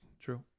True